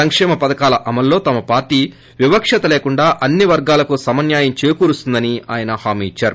సంక్షేమ పథకాల అమలులో తమ పార్లీ వివక్షత లేకుండా అన్ని వర్గాలకు సమన్నాయం చేకూరుస్తుందని ఆయన హామీ ఇద్సారు